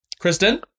Kristen